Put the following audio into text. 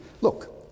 Look